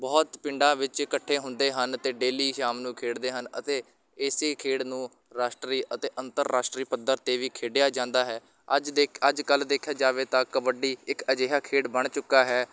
ਬਹੁਤ ਪਿੰਡਾਂ ਵਿੱਚ ਇਕੱਠੇ ਹੁੰਦੇ ਹਨ ਅਤੇ ਡੇਲੀ ਸ਼ਾਮ ਨੂੰ ਖੇਡਦੇ ਹਨ ਅਤੇ ਇਸ ਖੇਡ ਨੂੰ ਰਾਸ਼ਟਰੀ ਅਤੇ ਅੰਤਰਰਾਸ਼ਟਰੀ ਪੱਧਰ 'ਤੇ ਵੀ ਖੇਡਿਆ ਜਾਂਦਾ ਹੈ ਅੱਜ ਦੇ ਅੱਜ ਕੱਲ੍ਹ ਦੇਖਿਆ ਜਾਵੇ ਤਾਂ ਕਬੱਡੀ ਇੱਕ ਅਜਿਹਾ ਖੇਡ ਬਣ ਚੁੱਕਾ ਹੈ